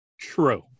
True